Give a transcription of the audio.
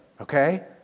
okay